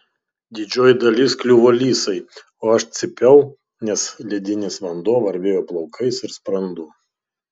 didžioji dalis kliuvo lisai o aš cypiau nes ledinis vanduo varvėjo plaukais ir sprandu